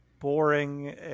boring